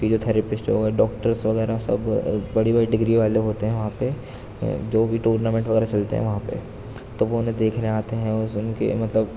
physiotherapist ہو گئے doctors وغیرہ سب بڑی بڑی ڈگری والے ہوتے ہیں وہاں پہ جو بھی ٹورنامنٹ وغیرہ چلتے ہیں وہاں پہ تو وہ انہیں دیکھنے آتے ہیں ان کی مطلب